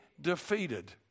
defeated